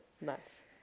nice